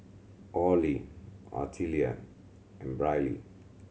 Orley Artelia and Briley